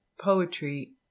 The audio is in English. poetry